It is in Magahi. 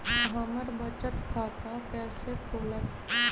हमर बचत खाता कैसे खुलत?